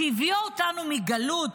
שהביאו אותנו מגלות